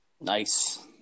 Nice